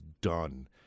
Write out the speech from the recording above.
done